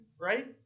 right